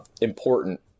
important